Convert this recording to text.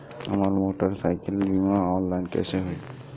हमार मोटर साईकीलके बीमा ऑनलाइन कैसे होई?